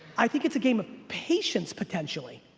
i think it's a game of patience potentially.